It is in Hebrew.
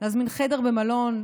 להזמין חדר במלון,